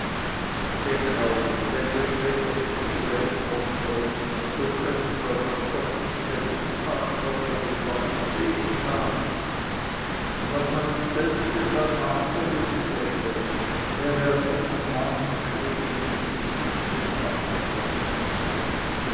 denk auch wenn wir später wieder zu geld kommen sollten so könnten wir das doch nicht mehr gut machen was wir den leuten weh getan und was man uns deshalb nachgeredet hätte wäre an unserm namen kleben geblieben